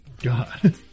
God